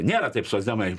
nėra taip socdemai